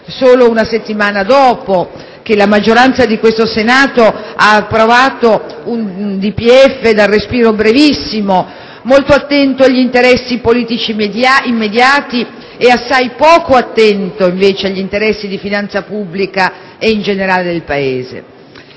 Solo la settimana scorsa la maggioranza di questo Senato ha approvato un DPEF dal respiro brevissimo, molto attento agli interessi politici immediati e poco attento agli interessi di finanza pubblica e, in generale, del Paese.